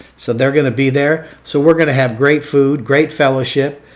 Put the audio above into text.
so they're going to be there. so we're going to have great food, great fellowship,